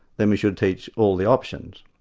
then we should teach all the options.